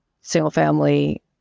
single-family